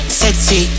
sexy